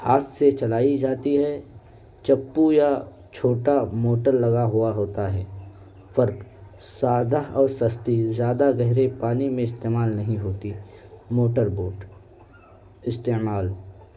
ہاتھ سے چلائی جاتی ہے چپو یا چھوٹا موٹر لگا ہوا ہوتا ہے پھرق سادہ اور سستی زیادہ گہرے پانی میں استعمال نہیں ہوتی موٹر بوٹ استعمال